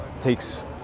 takes